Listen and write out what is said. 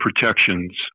protections